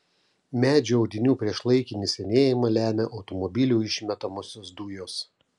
medžių audinių priešlaikinį senėjimą lemia automobilių išmetamosios dujos